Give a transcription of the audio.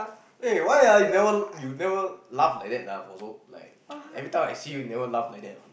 eh why are you never you never laugh like that ah for so every time I see you never laugh like that [one]